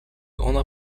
ona